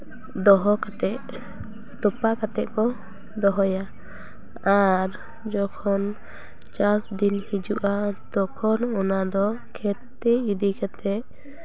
ᱫᱚᱦᱚ ᱠᱟᱛᱮᱜ ᱛᱚᱯᱟ ᱠᱟᱛᱮᱜ ᱠᱚ ᱫᱚᱦᱚᱭᱟ ᱟᱨ ᱡᱚᱠᱷᱚᱱ ᱪᱟᱥ ᱫᱤᱱ ᱦᱤᱡᱩᱜᱼᱟ ᱛᱚᱠᱷᱚᱱ ᱚᱱᱟ ᱫᱚ ᱠᱷᱮᱛ ᱛᱮ ᱤᱫᱤ ᱠᱟᱛᱮᱜ